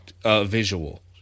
visual